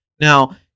Now